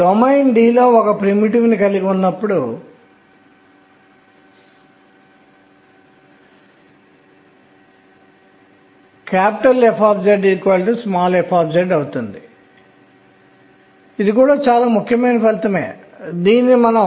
అదే విధంగా నియాన్ కు చేరుకున్నప్పుడు స్పెక్ట్రోస్కోపిక్ మరియు ఈ పీరియాడిక్ టేబుల్ ఆవర్తన పట్టిక రుజువుల నుండి ఇది 2s2 2p6 నిర్మాణాన్ని కలిగి ఉందని చూడవచ్చు